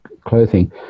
clothing